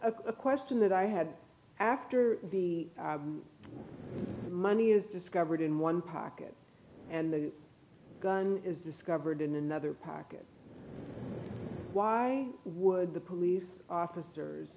a question that i had after the money is discovered in one pocket and the gun is discovered in another park why would the police officers